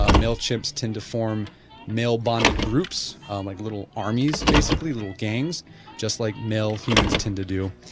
ah male chimps tend to form male-bonded groups um like little armies, basically little gangs just like male humans tend to do.